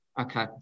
Okay